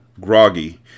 Groggy